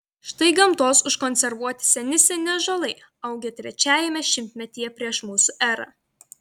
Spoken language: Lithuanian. štai gamtos užkonservuoti seni seni ąžuolai augę trečiajame šimtmetyje prieš mūsų erą